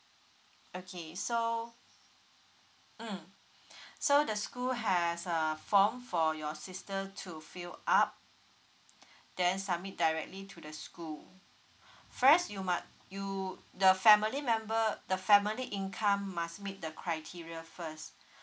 okay so mm so the school have uh form for your sister to fill up then submit directly to the school first you mu~ you the family member the family income must meet the criteria first